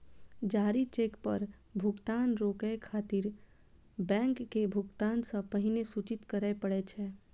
जारी चेक पर भुगतान रोकै खातिर बैंक के भुगतान सं पहिने सूचित करय पड़ै छै